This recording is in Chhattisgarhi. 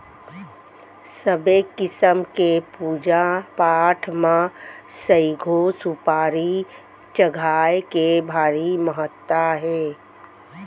सबे किसम के पूजा पाठ म सइघो सुपारी चघाए के भारी महत्ता हे